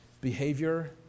behavior